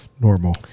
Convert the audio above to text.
normal